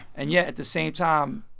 and yet, at the same time,